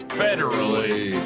federally